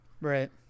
right